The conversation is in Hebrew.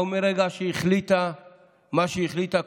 אבל מרגע שהיא החליטה מה שהחליטה,